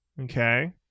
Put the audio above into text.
Okay